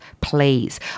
please